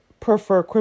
Prefer